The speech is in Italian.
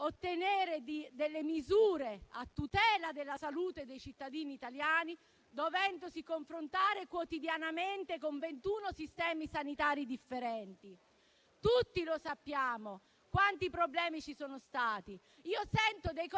ottenere misure a tutela della salute dei cittadini italiani, dovendosi confrontare quotidianamente con 21 sistemi sanitari differenti. Tutti sappiamo quanti problemi poi ci sono stati. [**Presidenza del